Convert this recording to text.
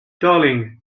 darling